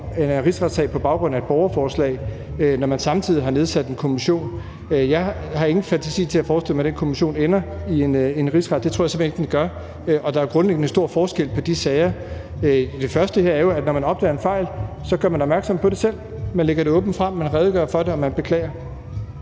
en rigsretssag på baggrund af et borgerforslag, når man samtidig har nedsat en kommission. Jeg har ikke fantasi til at forestille mig, at den kommission ender med en rigsret, det tror jeg simpelt hen ikke den gør. Og der er grundlæggende stor forskel på de sager. Det første her er jo, at når man opdager en fejl, så gør man opmærksom på det selv. Man lægger det åbent frem, man redegør for det, og man beklager.